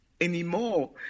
anymore